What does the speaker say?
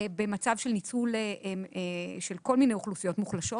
במצב של ניצול של כל מיני אוכלוסיות מוחלשות.